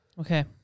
Okay